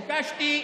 קטי,